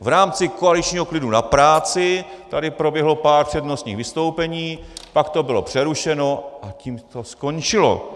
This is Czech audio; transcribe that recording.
V rámci koaličního klidu na práci tady proběhlo pár přednostních vystoupení, pak to bylo přerušeno, a tím to skončilo.